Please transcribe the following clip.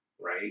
right